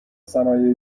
صنایع